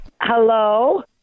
Hello